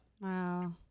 Wow